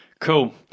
Cool